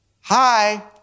Hi